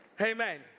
Amen